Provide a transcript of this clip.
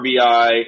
RBI